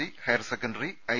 C higher secondary I